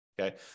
okay